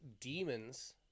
demons